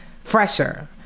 fresher